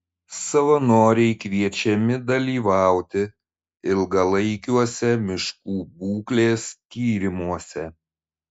savanoriai kviečiami dalyvauti ilgalaikiuose miškų būklės tyrimuose